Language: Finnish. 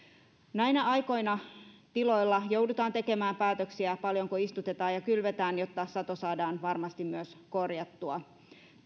näinä aikoina tiloilla joudutaan tekemään päätöksiä siitä paljonko istutetaan ja kylvetään jotta sato saadaan varmasti myös korjattua